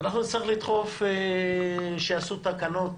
אנחנו נצטרך לדחוף שיעשו תקנות